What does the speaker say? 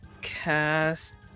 cast